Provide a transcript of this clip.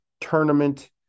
tournament